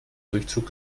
durchzug